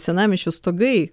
senamiesčio stogai